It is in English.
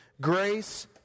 Grace